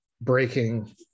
breaking